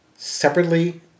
separately